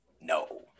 No